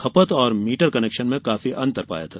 खपत और meter connection में काफी अंतर पाया गया था